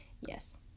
yes